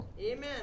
Amen